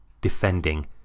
defending